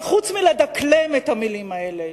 אבל חוץ מלדקלם את המלים האלה,